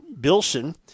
Bilson